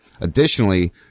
Additionally